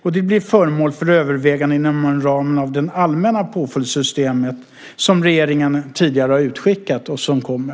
Det blir föremål för överväganden inom ramen för det allmänna påföljdssystemet som regeringen tidigare skickat ut och som kommer.